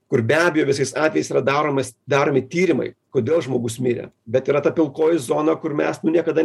kur be abejo visais atvejais yra daromas daromi tyrimai kodėl žmogus mirė bet yra ta pilkoji zona kur mes niekada